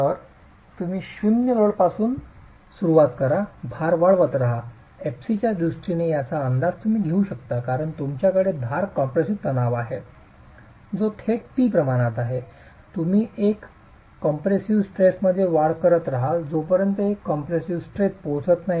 तर तुम्ही शून्य लोडपासून सुरुवात करा भार वाढवत रहा fc दृष्टीने याचा अंदाज तुम्ही घेऊ शकता कारण तुमच्याकडे धार कॉम्प्रेसिव्ह तणाव आहे जो थेट P प्रमाणात आहे तुम्ही एज कॉम्प्रेसिव्ह स्ट्रेसमध्ये वाढ करत रहाल जोपर्यंत एज कॉम्प्रेशिव्ह स्ट्रेस पोहोचत नाही